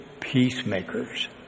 peacemakers